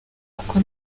kuko